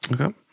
Okay